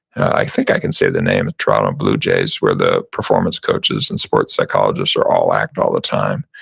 i think i can say the name toronto and blue jays where the performance coaches, and sports psychologists are all act all the time.